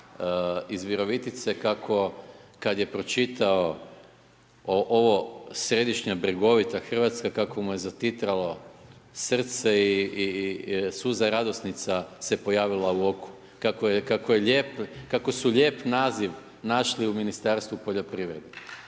iz Virovitice kako kad je pročitao ovo središnja bregovita Hrvatska, kako mu je zatitralo srce i suza radosnica se pojavila u oku, kako su lijep naziv našli u Ministarstvu poljoprivrede.